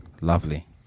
lovely